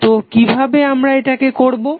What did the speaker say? তো কিভাবে আমরা এটাকে করবো